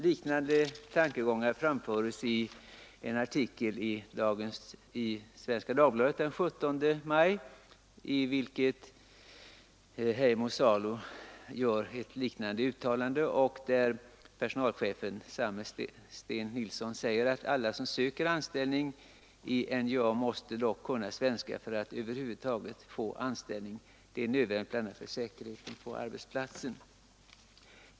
Liknande tankegångar framförs av Heino Salo i en artikel i Svenska Dagbladet den 17 maj, där personalchefen Sten Nilsson också säger att alla som söker anställning vid NJA måste kunna svenska för att över huvud taget få någon anställning. Det är nödvändigt bl.a. för säkerheten på arbetsplatsen.